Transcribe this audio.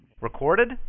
Recorded